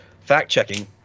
fact-checking